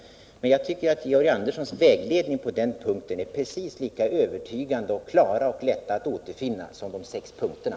Jag tycker att Georg Anderssons vägledning på den här punkten är precis lika övertygande, klar och lätt att återfinna som när det gäller de sex punkterna.